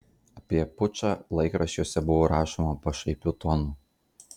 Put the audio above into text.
apie pučą laikraščiuose buvo rašoma pašaipiu tonu